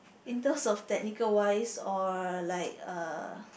in terms of technical wise or like uh